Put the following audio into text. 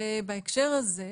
בהקשר הזה,